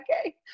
okay